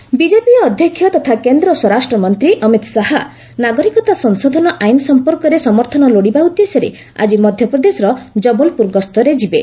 Shah Jabalpur BJP ଅଧ୍ୟକ୍ଷ ତଥା କେନ୍ଦ୍ର ସ୍ୱରାଷ୍ଟ୍ରମନ୍ତ୍ରୀ ଅମିତ ଶାହା ନାଗରିକତା ସଂଶୋଧନ ଆଇନ ସଂପର୍କରେ ସମର୍ଥନ ଲୋଡ଼ିବା ଉଦ୍ଦେଶ୍ୟରେ ଆଜି ମଧ୍ୟପ୍ରଦେଶର ଜବଲପୁର ଗସ୍ତରେ ଯିବେ